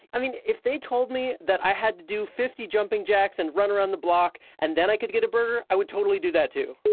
i mean, if they told me that i had to do fifty jumping jacks and run around the block and then i could get a burger, i would totally do that too